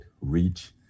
reach